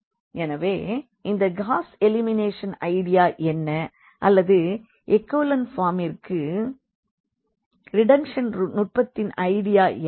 எனவே இந்த காஸ் எலிமினேஷனின் ஐடியா என்ன அல்லது எக்கலன் ஃபார்மிற்கு ரெடக்ஷன் நுட்பத்தின் ஐடியா என்ன